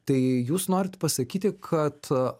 tai jūs norit pasakyti kad